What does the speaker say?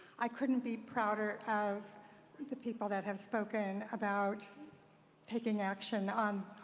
i couldn't be prouder of the people that have spoken about taking action on